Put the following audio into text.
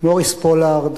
מוריס פולארד